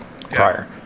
prior